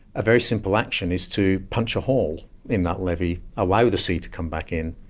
a very simple action is to punch a hole in that levy, allow the sea to come back in,